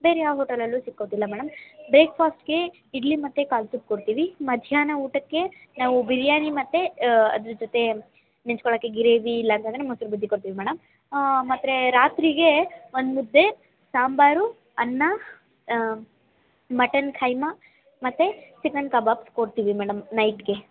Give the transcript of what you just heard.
ಬೇರೆ ಯಾವ ಹೋಟೆಲ್ಲಲ್ಲೂ ಸಿಕ್ಕೋದಿಲ್ಲ ಮೇಡಮ್ ಬ್ರೇಕ್ಫಾಸ್ಟ್ಗೆ ಇಡ್ಲಿ ಮತ್ತು ಕಾಲ್ ಸೂಪ್ ಕೊಡ್ತೀವಿ ಮಧ್ಯಾಹ್ನ ಊಟಕ್ಕೆ ನಾವು ಬಿರಿಯಾನಿ ಮತ್ತು ಅದರ ಜೊತೆ ನೆಂಚಿಕೊಳಕ್ಕೆ ಗ್ರೇವಿ ಇಲ್ಲ ಅಂದರೆ ಮೊಸ್ರು ಬಜ್ಜಿ ಕೊಡ್ತೀವಿ ಮೇಡಮ್ ಮತ್ತು ರಾತ್ರಿಗೆ ಒಂದು ಮುದ್ದೆ ಸಾಂಬಾರು ಅನ್ನ ಮಟನ್ ಖೈಮ ಮತ್ತು ಚಿಕನ್ ಕಬಾಬ್ಸ್ ಕೊಡ್ತೀವಿ ಮೇಡಮ್ ನೈಟ್ಗೆ